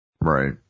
Right